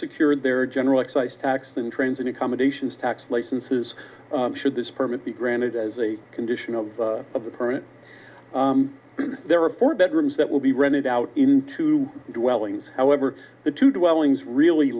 secured their general excise tax than trends and accommodations tax licenses should this permit be granted as a condition of the current there are four bedrooms that will be rented out in two dwellings however the two dwellings really